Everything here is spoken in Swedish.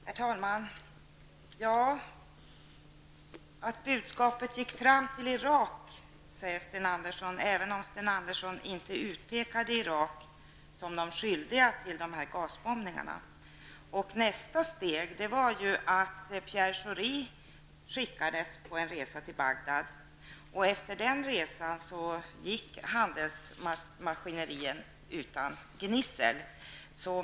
Herr talman! Sten Andersson säger att budskapet gick fram till Irak, även om Sten Andersson inte utpekade Irak som skyldigt till gasbombningarna. Nästa steg var att Pierre Schori skickades på en resa till Bagdad. Efter den resan gick handelsmaskineriet utan gnissel.